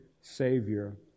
Savior